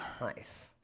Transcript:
nice